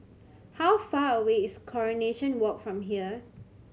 how far away is Coronation Walk from here